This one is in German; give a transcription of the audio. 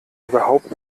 überhaupt